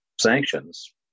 sanctions